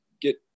get